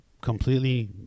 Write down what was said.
completely